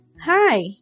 Hi